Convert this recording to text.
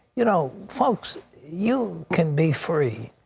you know, folks you can be free.